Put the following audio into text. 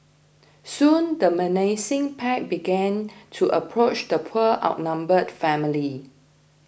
soon the menacing pack began to approach the poor outnumbered family